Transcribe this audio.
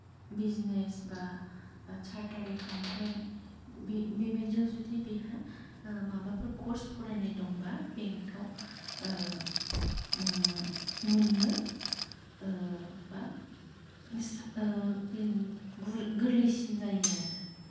business बा चार्तार accountant बे बेबायदियाव जुदि बेहा माबाफोर कर्स फरायनाय दंबा बेंकाव मोन्नो बा गोर्लैसिन जायो आरो